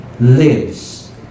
lives